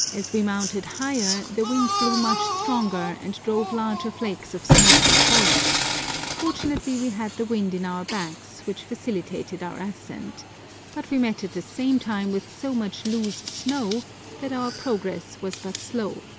as we mounted higher the wind blew much stronger, and drove larger flakes of snow before it fortunately we had the wind in our backs, which facilitated our ascent but we met at the same time with so much loose snow that our progress was but slow.